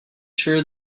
sure